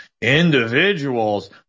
Individuals